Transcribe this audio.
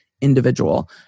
individual